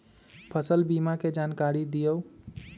फसल बीमा के जानकारी दिअऊ?